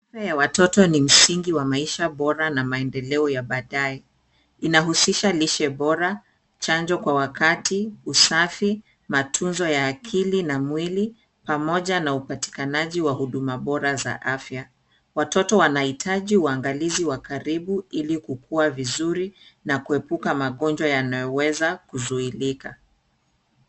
Afya ya watoto ni msingi wa maisha bora na maendeleo ya baadae. Inahusisha lishe bora, chanjo kwa wakati, usafi, matunzo ya akili na mwili pamoja na upatikanaji wa huduma bora za afya. Watoto wanahitaji uangalizi wa karibu ili kukua vizuri na kuepuka magonjwa yanayoweza kuzuilika.